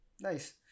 Nice